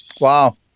wow